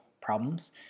problems